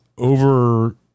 over